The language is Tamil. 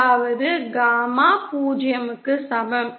அதாவது காமா 0 க்கு சமம்